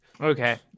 Okay